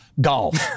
golf